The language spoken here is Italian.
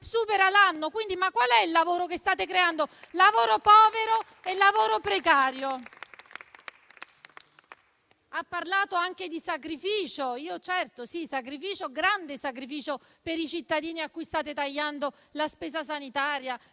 supera l'anno. Quindi qual è il lavoro che state creando? Lavoro povero e lavoro precario. Ha parlato anche di sacrificio. Certo è grande il sacrificio per i cittadini a cui state tagliando la spesa sanitaria,